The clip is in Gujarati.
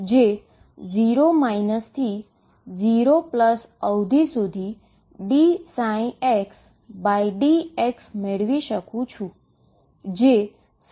જે 0 થી 0 અવધી સુધી dψxdx મેળવી શકું છું